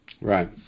Right